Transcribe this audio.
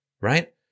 Right